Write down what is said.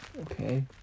Okay